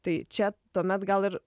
tai čia tuomet gal ir